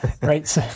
right